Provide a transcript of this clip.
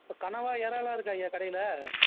இப்ப கனவா இறாலாம் இருக்கா ஐயா கடையில்